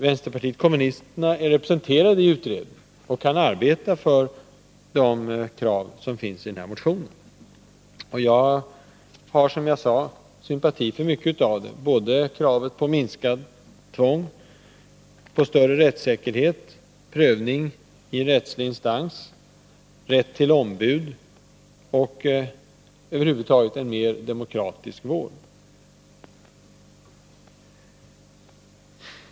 Vänsterpartiet kommunisterna är representerade i utredningen och kan där arbeta för de krav som finns i denna motion. Jag har, som jag sade, sympati för många av kraven, bl.a. för kraven på minskat tvång, större rättssäkerhet, prövning i rättslig instans, rätt till ombud och över huvud taget en mer demokratisk vård.